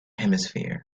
hemisphere